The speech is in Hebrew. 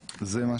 זה בעצם מה